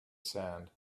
sand